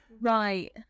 right